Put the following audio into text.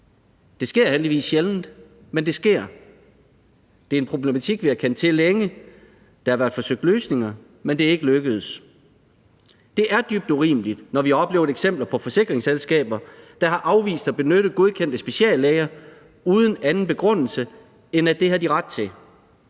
Det sker heldigvis sjældent, men det sker. Det er en problematik, vi har kendt til længe, og der har været forsøgt fundet løsninger, men det er ikke lykkedes. Det er dybt urimeligt, når vi oplever eksempler på forsikringsselskaber, der har afvist at benytte godkendte speciallæger uden anden begrundelse, end at det har de ret til.